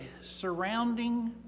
surrounding